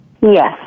Yes